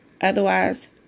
Otherwise